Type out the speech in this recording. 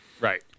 Right